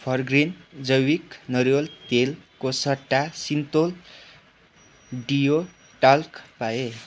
for ग्रिन जैविक नरिवल तेलको सट्टा सिन्थोल डिओ टाल्क पाएँ